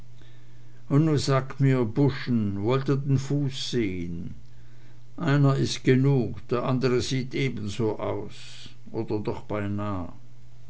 und nu sagt mir buschen wollt ihr den fuß sehn einer is genug der andre sieht ebenso aus oder doch beinah